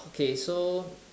okay so